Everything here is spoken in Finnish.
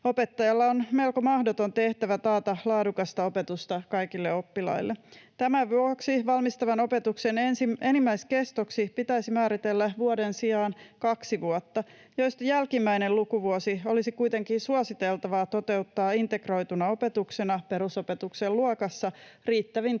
opettajalla on melko mahdoton tehtävä taata laadukasta opetusta kaikille oppilaille. Tämän vuoksi valmistavan opetuksen enimmäiskestoksi pitäisi määritellä vuoden sijaan kaksi vuotta, joista jälkimmäinen lukuvuosi olisi kuitenkin suositeltavaa toteuttaa integroituna opetuksena perusopetuksen luokassa riittävin tukitoimin.